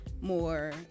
more